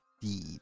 deed